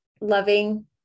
loving